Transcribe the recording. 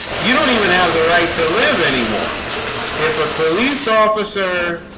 you don't even have the right to live anymore if a police officer